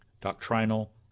doctrinal